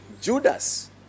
judas